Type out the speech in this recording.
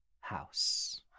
house